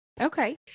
Okay